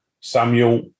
Samuel